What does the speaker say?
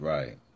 Right